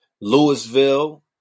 Louisville